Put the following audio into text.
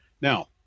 Now